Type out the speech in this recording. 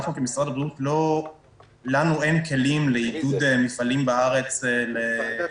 לנו כמשרד הבריאות אין כלים לעידוד מפעלים בארץ לייצר מסכות.